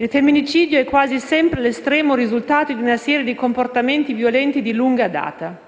Il femminicidio è quasi sempre l'estremo risultato di una serie di comportamenti violenti di lunga data.